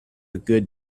good